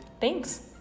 Thanks